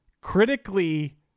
critically